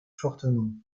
fortement